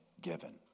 given